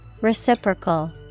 reciprocal